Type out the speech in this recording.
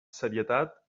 serietat